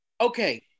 okay